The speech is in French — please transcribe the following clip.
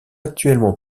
actuellement